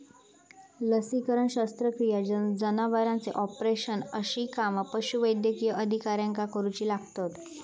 लसीकरण, शस्त्रक्रिया, जनावरांचे ऑपरेशन अशी कामा पशुवैद्यकीय अधिकाऱ्याक करुची लागतत